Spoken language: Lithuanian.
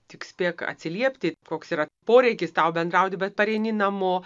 tik spėk atsiliepti koks yra poreikis tau bent gauti bet pareini namo